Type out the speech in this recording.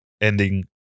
ending